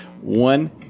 One